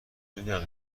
میدونم